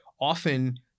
often